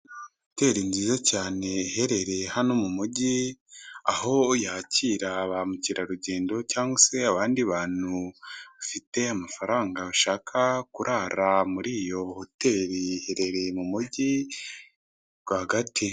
Hoteli nziza cyane iherereye hano mu mujyi, aho yakira ba mukerarugendo cyangwa se abandi bantu bafite amafaranga bashaka kurara muri iyo hoteli iherereye mu mujyi rwagati.